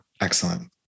Excellent